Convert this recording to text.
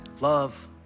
love